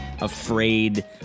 afraid